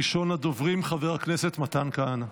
ראשון הדוברים, חבר הכנסת מתן כהנא.